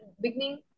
beginning